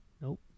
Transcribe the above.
Nope